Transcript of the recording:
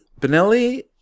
Benelli